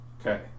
Okay